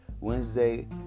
Wednesday